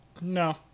No